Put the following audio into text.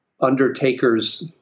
Undertaker's